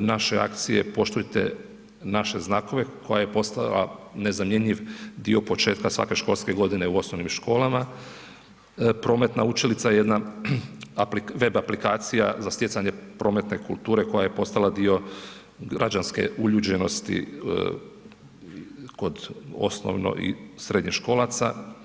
naše akcije Poštujte naše znakove koja je postala nezamjenjiv dio početka svake školske godine u osnovnim školama, prometna učilica je jedna web aplikacija za stjecanje prometne kulture koja je postala dio građanske uljuđenosti kod osnovno i srednješkolaca.